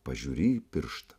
pažiūri į pirštą